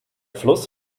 fluss